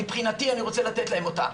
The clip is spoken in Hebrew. מבחינתי אני רוצה לתת להם אותן.